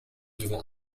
devons